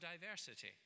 diversity